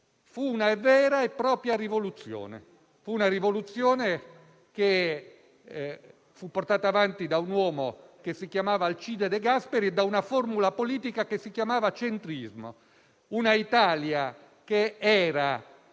Fu una vera e propria rivoluzione, portata avanti da un uomo che si chiamava Alcide De Gasperi e da una formula politica che si chiamava centrismo. Un'Italia che era